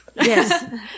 Yes